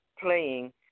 playing